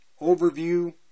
overview